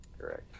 correct